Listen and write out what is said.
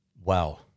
Wow